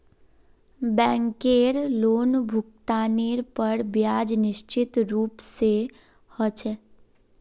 बैंकेर लोनभुगतानेर पर ब्याज निश्चित रूप से ह छे